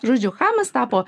žodžiu chamas tapo